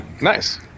Nice